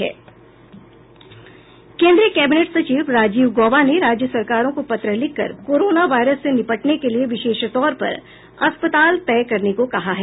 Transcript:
केन्द्रीय कैबिनेट सचिव राजीव गौबा ने राज्य सरकारों को पत्र लिखकर कोरोना वायरस से निपटने के लिए विशेष तौर पर अस्पताल तय करने को कहा है